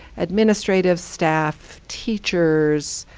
administrative staff, teachers,